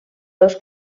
dos